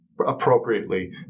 appropriately